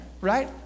right